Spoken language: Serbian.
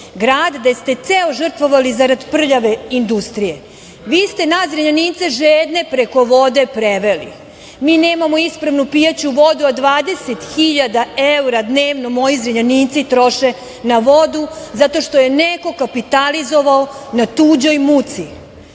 gde ste ceo grad žrtvovali zarad prljave industrije. Vi ste nas Zrenjanince žedne preko vode preveli. Mi nemamo ispravnu pijaću vodu, a 20.000 evra dnevno moji Zrenjaninci troše na vodu, zato što je neko kapitalizovao na tuđoj muci.